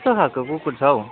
कस्तो खालको कुकुर छ हौ